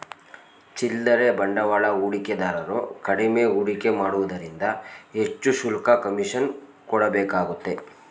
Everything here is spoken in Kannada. ಚಿಲ್ಲರೆ ಬಂಡವಾಳ ಹೂಡಿಕೆದಾರರು ಕಡಿಮೆ ಹೂಡಿಕೆ ಮಾಡುವುದರಿಂದ ಹೆಚ್ಚು ಶುಲ್ಕ, ಕಮಿಷನ್ ಕೊಡಬೇಕಾಗುತ್ತೆ